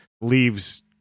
leaves